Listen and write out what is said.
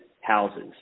houses